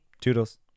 Toodles